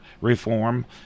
reform